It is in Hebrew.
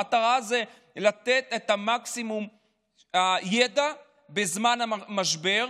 המטרה זה לתת את מקסימום הידע בזמן המשבר,